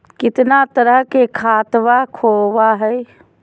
कितना तरह के खातवा होव हई?